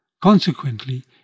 Consequently